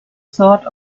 sort